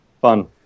fun